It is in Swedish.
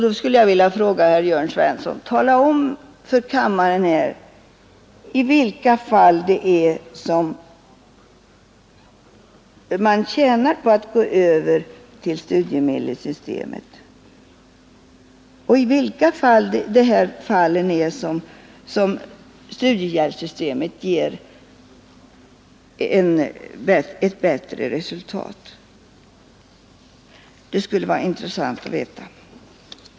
Då skulle jag vilja be herr Jörn Svensson att tala om för kammaren i vilka fall en yngre studerande tjänar på att gå över till studiemedelssystemet och i vilka fall studiehjälpssystemet ger ett bättre resultat. Det skulle vara intressant att veta.